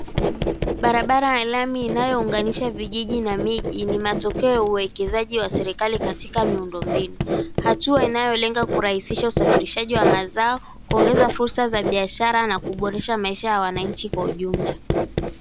Barabara ya lami, inayounganisha vijiji na miji, ni matokeo ya uwekezaji wa serikali katika miundombinu, hatua inayolenga kurahisisha usafirishaji wa mazao, kuongeza fursa za biashara, na kuboresha maisha ya wananchi kwa ujumla.